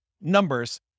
numbers